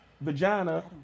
vagina